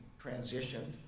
transitioned